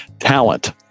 talent